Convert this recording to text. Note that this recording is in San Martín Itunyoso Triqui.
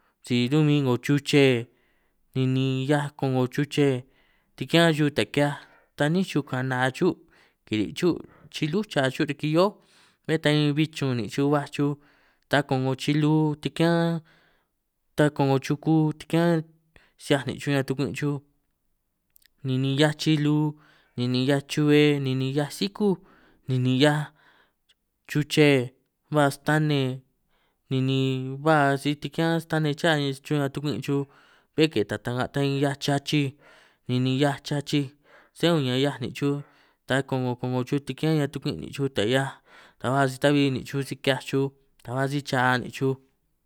Si ru'min 'ngo chuche, ninin 'hiaj ko'ngo chuche tikián chu taj ki'hiaj taní chuj kana chú', kiri' chú' chilú cha chú' riki hioó bé ta huin bin chun nin' chuj baj chuj, ta ko'ngo chilu tikián, ta ko'ngo chuku tikían, si 'hiaj nin' chuj riñan tukwi' chuj, ninin 'hiaj chilu, ninin 'hiaj chuhue, ninin 'hiaj sikúj, ninin 'hiaj chuche, ba stane ninin ba si tikián stane cha riñan tukwi' chuj, bé ke ta ta'nga ta 'hiaj chachij nini 'hiaj chachij, sé uñan 'hiaj nin' chuj ta ko'ngo ko'ngo chuj tikián riñan tukwi' nin' chuj taj 'hiaj, ta ba si ta'hui' nin' chuj ki'hiaj chuj ta ba si cha nin' chuj.